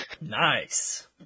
Nice